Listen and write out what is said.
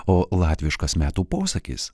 o latviškas metų posakis